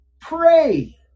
pray